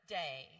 day